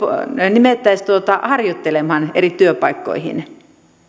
nimettäisiin harjoittelemaan eri työpaikkoihin